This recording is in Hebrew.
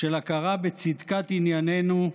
של הכרה בצדקת ענייננו,